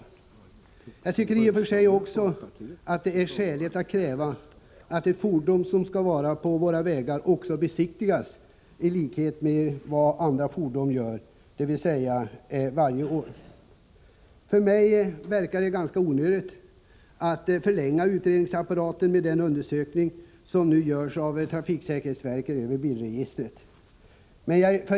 Vidare tycker jag att det är skäligt att kräva att dessa fordon behandlas på samma sätt som andra fordon som trafikerar våra vägar — dvs. att de besiktigas varje år. Som jag ser saken verkar det vara ganska onödigt att så att säga förlänga utredningsapparaten med den undersökning som nu görs av trafiksäkerhetsverket över bilregistret.